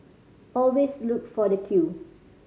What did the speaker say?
always look for the queue